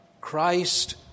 Christ